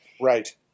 right